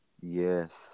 Yes